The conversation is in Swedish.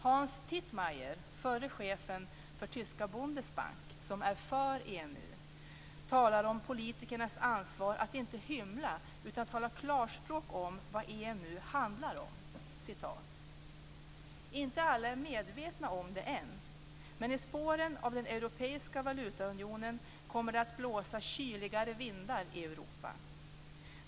Hans Tietmeyer, förre chefen för tyska Bundesbank, som är för EMU, talar om politikernas ansvar för att inte hymla utan tala klarspråk om vad EMU "Inte alla är medvetna om det än. Men i spåren av den europeiska valutaunionen kommer det att blåsa kyligare vindar i Europa.